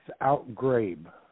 outgrabe